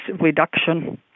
reduction